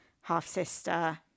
half-sister